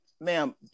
Ma'am